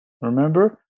Remember